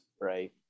Right